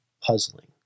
puzzling